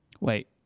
Wait